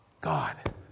God